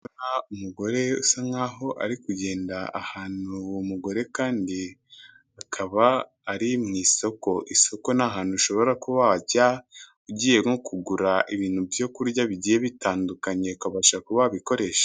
Umugore usa nk'aho ari kugenda ahantu, uwo mugore kandi akaba ari mu isoko, isoko ni ahantu ushobora kuba wajya ugiye nko kugura ibintu ibyo kurya bigiye bitandukanye ukabasha kuba wabikoresha.